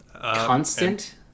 Constant